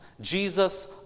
Jesus